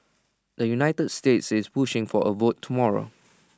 the united states is pushing for A vote tomorrow